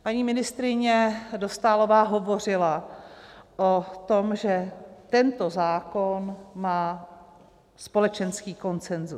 Paní ministryně Dostálová hovořila o tom, že tento zákon má společenský konsenzus.